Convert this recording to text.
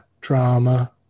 drama